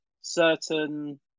certain